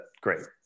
great